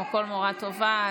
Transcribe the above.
כמו כל מורה טובה,